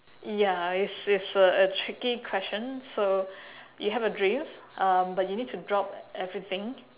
ya it's it's a a tricky question so you have your dreams uh but you need to drop everything